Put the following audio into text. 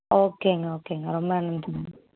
ஓகேங்க ஓகேங்க ரொம்ப நன்றிங்க